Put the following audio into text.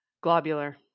globular